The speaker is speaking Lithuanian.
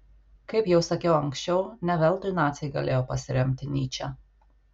kaip jau sakiau anksčiau ne veltui naciai galėjo pasiremti nyče